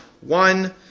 One